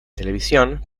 televisión